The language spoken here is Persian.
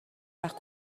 وقت